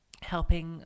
helping